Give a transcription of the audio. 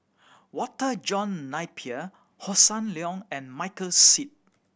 Walter John Napier Hossan Leong and Michael Seet